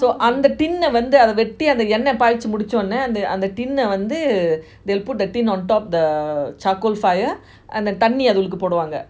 so அந்த அந்த:antha antha tin eh வந்து அதன் வெட்டி அந்த என்ன பச்சை முடிச்சாளோடனே அந்த:vanthu athan vetti antha enna paichi mudichaodaney antha tin eh வந்து:vanthu they will put the tin on top the charcoal fire தண்ணி அது உள்ள போடுவாங்க:thanni athu ulla poduvanga